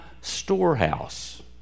storehouse